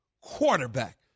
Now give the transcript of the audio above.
quarterback